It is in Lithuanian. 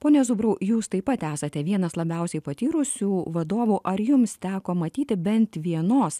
pone zubrau jūs taip pat esate vienas labiausiai patyrusių vadovų ar jums teko matyti bent vienos